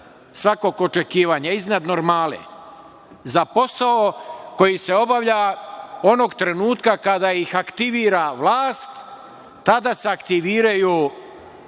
svakog očekivanja, iznad normale. Za posao koji se obavlja onog trenutka kada ih aktivira vlast, tada se aktiviraju